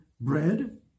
bread